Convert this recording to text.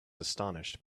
astonished